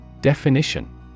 Definition